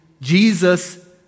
Jesus